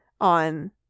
on